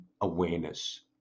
awareness